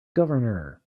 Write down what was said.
governor